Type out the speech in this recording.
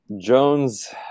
Jones